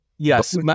Yes